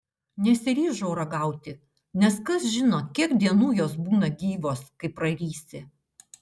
nesiryžau ragauti nes kas žino kiek dienų jos būna gyvos kai prarysi